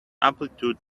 amplitude